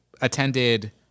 attended